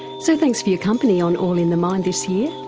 so thanks for your company on all in the mind this year,